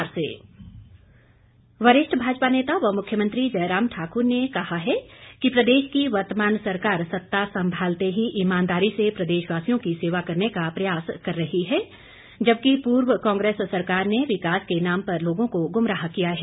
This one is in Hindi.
मुख्यमंत्री वरिष्ठ भाजपा नेता व मुख्यमंत्री जयराम ठाक्र ने कहा कि प्रदेश की वर्तमान सरकार सत्ता सम्भालते ही ईमानदारी से प्रदेशवासियों की सेवा करने का प्रयास कर रही है जबकि पूर्व कांग्रेस सरकार ने विकास के नाम पर लोगों को गुमराह किया है